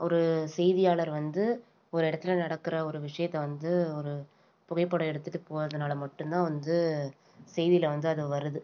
ஒரு செய்தியாளர் வந்து ஒரு இடத்துல நடக்கிற ஒரு விஷயத்த வந்து ஒரு புகைப்படம் எடுத்துகிட்டு போறதனால மட்டும் தான் வந்து செய்தியில வந்து அது வருது